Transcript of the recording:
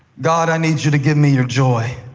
god, i need you to give me your joy.